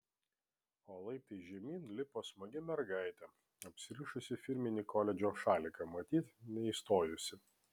o laiptais žemyn lipo smagi mergaitė apsirišusi firminį koledžo šaliką matyt neįstojusi